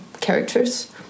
characters